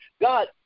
God